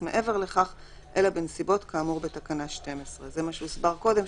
מעבר לכך אלא בנסיבות כאמור בתקנה 12. זה מה שהוסבר קודם,